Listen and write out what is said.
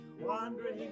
wandering